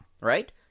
right